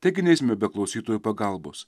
taigi neisime be klausytojų pagalbos